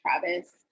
Travis